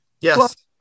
yes